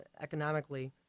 economically